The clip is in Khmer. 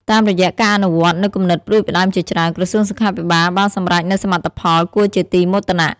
តាមរយៈការអនុវត្តនូវគំនិតផ្តួចផ្តើមជាច្រើន ក្រសួងសុខាភិបាលបានសម្រេចនូវសមិទ្ធផលគួរជាទីមោទនៈ។